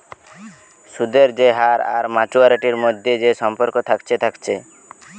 সুদের যে হার আর মাচুয়ারিটির মধ্যে যে সম্পর্ক থাকছে থাকছে